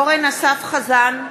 (קוראת בשם חבר הכנסת) אורן אסף חזן,